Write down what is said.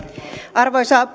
arvoisa